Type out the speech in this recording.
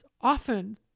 often